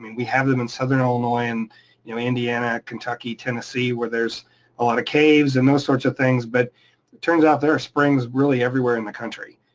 we have them in southern illinois, in you know indiana, kentucky, tennessee, where there's a lot of caves and those sorts of things, but it turns out there are springs really everywhere in the country,